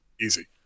Easy